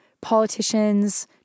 politicians